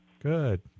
Good